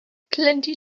plenty